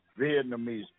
Vietnamese